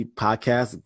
podcast